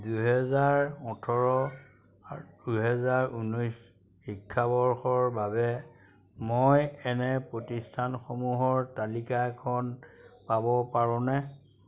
দুহেজাৰ ওঠৰ দুহেজাৰ ঊনৈছ শিক্ষাবৰ্ষৰ বাবে মই এনে প্ৰতিষ্ঠানসমূহৰ তালিকা এখন পাব পাৰোঁনে